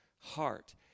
heart